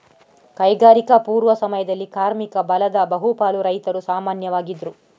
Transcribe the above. ಕೈಗಾರಿಕಾ ಪೂರ್ವ ಸಮಯದಲ್ಲಿ ಕಾರ್ಮಿಕ ಬಲದ ಬಹು ಪಾಲು ರೈತರು ಸಾಮಾನ್ಯವಾಗಿದ್ರು